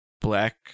black